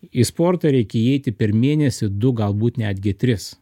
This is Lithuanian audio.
į sportą reikia įeiti per mėnesį du galbūt netgi tris